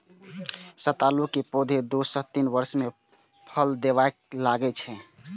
सतालू के पौधा दू सं तीन वर्ष मे फल देबय लागै छै